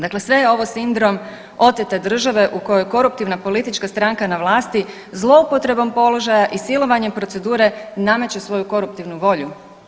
Dakle, sve je ovo sindrom otete države u kojoj je koruptivna politička stranka na vlasti zloupotrebom položaja i silovanjem procedure nameće svoju koruptivnu volju.